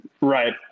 Right